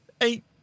eight